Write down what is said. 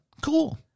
Cool